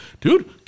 dude